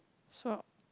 so